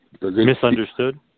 misunderstood